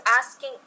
asking